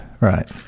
right